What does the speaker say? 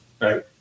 right